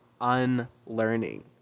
unlearning